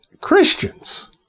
Christians